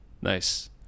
nice